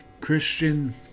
Christian